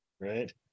Right